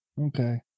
okay